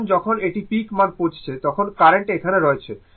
কারণ যখন এটি পিক মান পৌঁছাচ্ছে তখন কারেন্ট এখানে রয়েছে